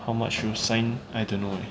how much you sign I don't know leh